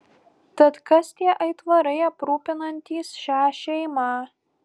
tad kas tie aitvarai aprūpinantys šią šeimą